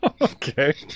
Okay